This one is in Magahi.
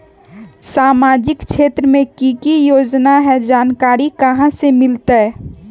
सामाजिक क्षेत्र मे कि की योजना है जानकारी कहाँ से मिलतै?